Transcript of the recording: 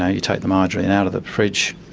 ah you take the margarine out of the fridge,